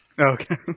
Okay